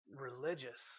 religious